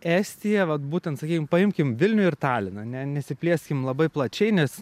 estija vat būtent sakykim paimkim vilnių ir taliną ane nesiplėsim labai plačiai nes